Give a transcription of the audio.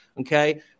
Okay